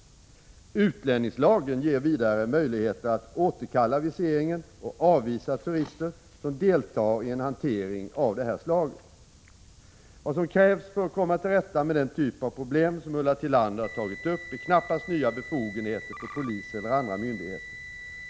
Utlänningslagen ger vidare möjligheter att återkalla viseringen och avvisa turister som deltar i en hantering av det här slaget. Vad som krävs för att komma till rätta med den typ av problem som Ulla Tillander tagit upp är knappast nya befogenheter för polis eller andra myndigheter.